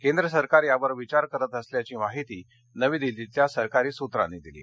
केंद्र सरकार यावर विचार करत असल्याची माहिती नवी दिल्लीतल्या सरकारी सूत्रांनी दिली आहे